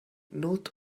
not